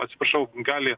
atsiprašau gali